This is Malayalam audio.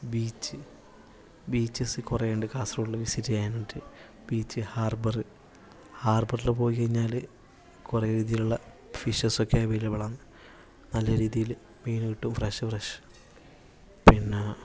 ബീച്ച് ബീച്ചസ് കുറെ ഉണ്ട് കാസർഗൊഡില് വിസിറ്റ് ചെയ്യാനായിട്ട് ബീച്ച് ഹാർബറ് ഹാർബറില് പോയിക്കഴിഞ്ഞാല് കുറെ രീതിയിലുള്ള ഫിഷെസ് ഒക്കെ അവൈലബിൾ ആണ് നല്ല രീതിയിൽ മീന് കിട്ടും ഫ്രഷ് ഫ്രഷ് പിന്നെ